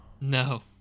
No